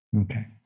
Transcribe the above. Okay